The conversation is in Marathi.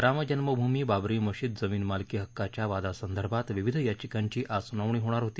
रामजन्मभूमी बाबरी मशीद जमीन मालकी हक्काच्या वादासंदर्भात विविध याचिकांची आज सुनावणी होणार होती